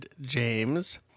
james